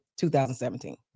2017